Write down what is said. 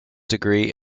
degree